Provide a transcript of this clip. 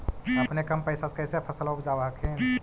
अपने कम पैसा से कैसे फसलबा उपजाब हखिन?